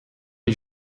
die